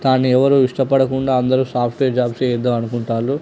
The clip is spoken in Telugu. కానీ ఎవరు ఇష్టపడకుండా అందరూ సాఫ్ట్వేర్ జాబ్ చేయొద్దు అనుకుంటున్నారు